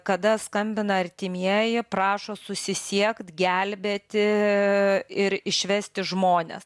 kada skambina artimieji prašo susisiekt gelbėti ir išvesti žmones